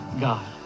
God